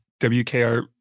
WKR